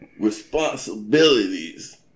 Responsibilities